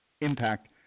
impact